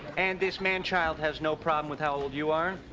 and this man-child has no problem with how old you are?